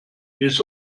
his